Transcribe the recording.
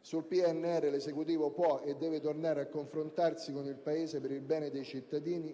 Sul PNR l'Esecutivo può e deve tornare a confrontarsi con il Paese per il bene dei cittadini